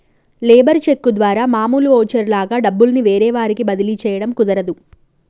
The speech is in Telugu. లేబర్ చెక్కు ద్వారా మామూలు ఓచరు లాగా డబ్బుల్ని వేరే వారికి బదిలీ చేయడం కుదరదు